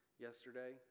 Yesterday